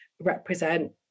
represent